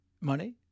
money